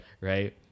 right